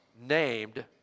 named